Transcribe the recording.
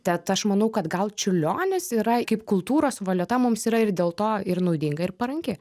tad aš manau kad gal čiurlionis yra kaip kultūros valiuta mums yra ir dėl to ir naudinga ir paranki